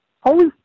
holy